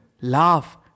Laugh